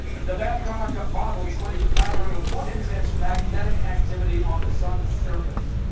the babcock model explains the pattern of what intense magnetic activity on the sun's surface?